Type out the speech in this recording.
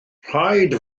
rhaid